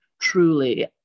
truly